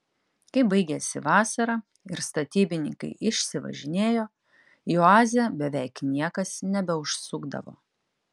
kai baigėsi vasara ir statybininkai išsivažinėjo į oazę beveik niekas nebeužsukdavo